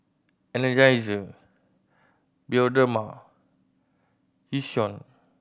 Energizer Bioderma Yishion